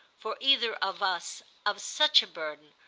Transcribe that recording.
for either of us, of such a burden,